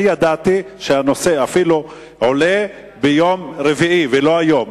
אני ידעתי שהנושא עולה ביום רביעי ולא היום.